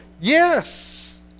yes